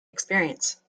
experience